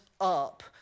up